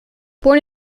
born